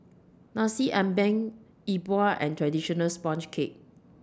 Nasi Ambeng Yi Bua and Traditional Sponge Cake